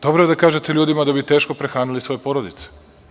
Dobro je da kažete ljudima da bi teško prehranili svoje porodice.